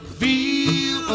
feel